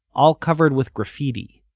all covered with graffiti,